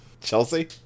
Chelsea